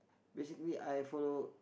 basically I follow